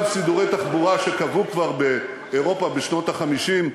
סידורי תחבורה שקבעו באירופה כבר בשנות ה-50,